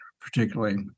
particularly